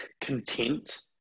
content